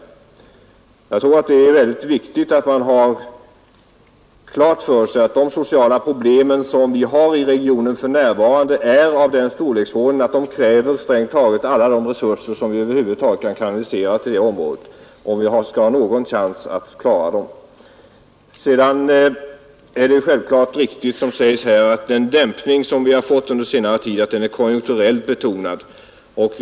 Jag tror det är viktigt att man gör klart för sig att de sociala problem som finns i regionen för närvarande är av den storleksordningen att de kräver strängt taget alla de resurser som vi över huvud taget kan kanalisera till detta område, om vi skall ha någon chans att klara problemen. Sedan är det självfallet riktigt som sägs här, att den dämpning som vi har fått under senare tid är konjunkturellt betonad.